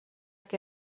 que